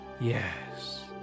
Yes